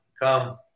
come